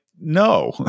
no